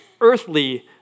earthly